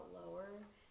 lower